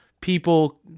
people